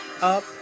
up